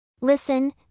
Listen